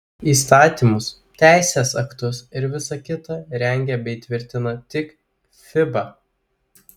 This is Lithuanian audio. įstatymus teisės aktus ir visa kita rengia bei tvirtina tik fiba